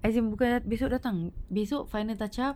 as in bukan besok datang besok final touch up